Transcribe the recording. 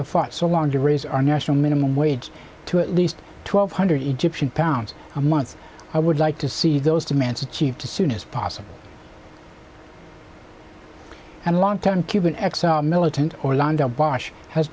have fought so long to raise our national minimum wage to at least twelve hundred egypt in pounds a month i would like to see those demands achieved to soon as possible and long term cuban exile militant orlando bosch has